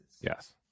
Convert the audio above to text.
Yes